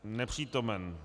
Nepřítomen.